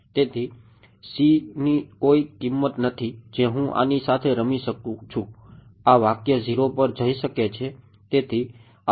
તેથી c ની કોઈ કિંમત નથી જે હું આની સાથે રમી શકું છું આ વાક્ય 0 પર જઈ શકે છે